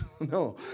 No